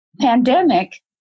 pandemic